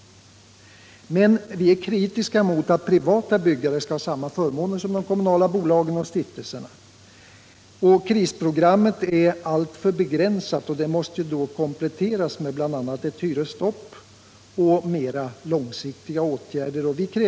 Men vi är kritiska mot att privata byggare skall ha samma förmåner som de kommunala bolagen och stiftelserna. Krisprogrammet är emellertid alltför begränsat och måste kompletteras med bl.a. ett hyresstopp och mera långsiktiga åtgärder.